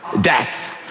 death